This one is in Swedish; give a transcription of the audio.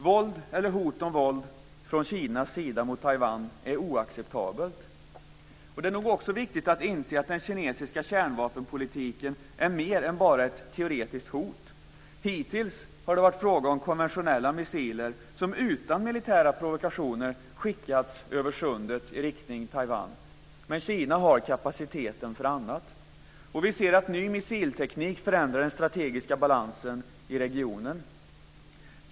Våld eller hot om våld från Kinas sida mot Taiwan är oacceptabelt. Det är också viktigt att inse att den kinesiska kärnvapenpolitiken är mer än bara ett teoretiskt hot. Hittills har det varit fråga om konventionella missiler, som utan militära provokationer skickats över sundet i riktning Taiwan. Men Kina har kapacitet för annat. Vi ser att ny missilteknik förändrar den strategiska balansen i regionen.